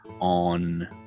on